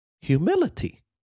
Humility